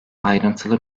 ayrıntılı